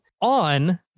on